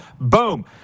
Boom